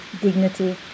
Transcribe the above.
dignity